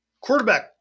Quarterback